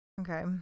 Okay